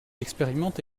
expérimente